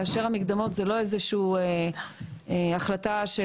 כאשר המקדמות זה לא איזושהי החלטה של